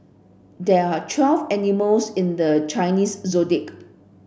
there are twelve animals in the Chinese Zodiac